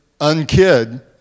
unkid